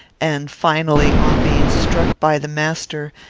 and finally, on being struck by the master,